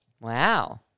Wow